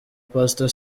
pastor